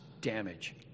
damage